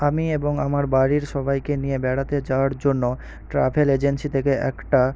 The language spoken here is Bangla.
আমি এবং আমার বাড়ির সবাইকে নিয়ে বেড়াতে যাওয়ার জন্য ট্র্যাভেল এজেন্সি থেকে একটা